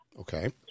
Okay